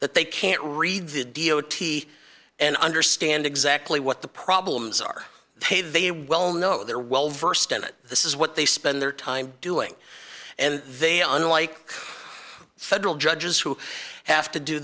that they can't read the d o t and understand exactly what the problems are pay they well know they're well versed in it this is what they spend their time doing and they are unlike federal judges who have to do